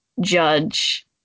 Judge